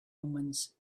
omens